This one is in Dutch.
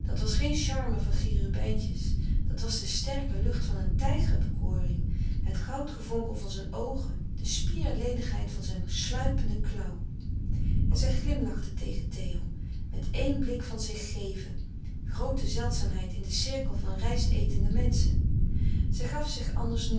was geen charme van cherubijntjes dat was de sterke lucht van een tijgerbekoring het goudgevonkel van zijn oogen de spierlenigheid van zijn sluipende klauw en zij glimlachte tegen theo met éen blik van zich geven grote zeldzaamheid in den cirkel van rijst etende menschen zij gaf zich anders